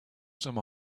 some